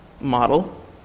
model